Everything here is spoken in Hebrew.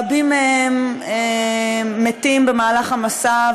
רבים מהם מתים במהלך המסע,